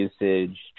usage